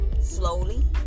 slowly